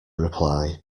reply